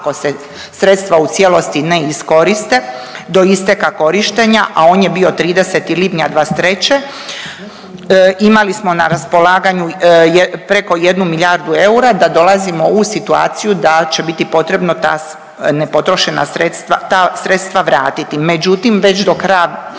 ako se sredstva u cijelosti ne iskoriste do isteka korištenja, a on je bio 30. lipnja 2023. imali smo na raspolaganju preko jednu milijardu eura da dolazimo u situaciju da će biti potrebno ta nepotrošena sredstva, ta sredstva vratiti. Međutim, već do kraja